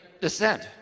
dissent